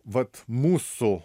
vat mūsų